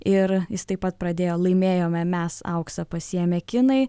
ir jis taip pat pradėjo laimėjome mes auksą pasiėmė kinai